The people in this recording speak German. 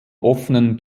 offenen